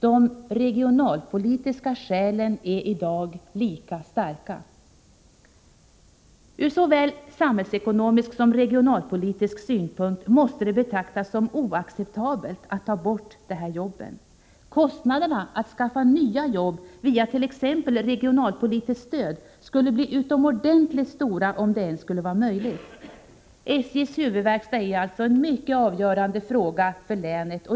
De regionalpolitiska skälen är i dag lika starka. Ur såväl samhällsekonomisk som regionalpolitisk synpunkt måste det betraktas som oacceptabelt att ta bort dessa arbetstillfällen. Kostnaderna att skaffa nya jobb via t.ex. regionalpolitiskt stöd skulle bli utomordentligt stora, om det ens skulle vara möjligt. Frågan om SJ:s huvudverkstad är alltså mycket avgörande för länet.